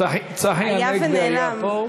צחי הנגבי היה פה.